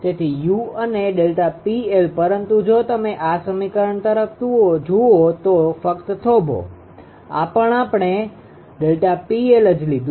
તેથી u અને ΔPL પરંતુ જો તમે આ સમીકરણ તરફ જુઓ તો ફક્ત થોભો આ પણ આપણે ΔPL જ લીધું છે